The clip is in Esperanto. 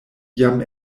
jam